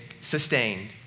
sustained